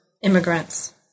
immigrants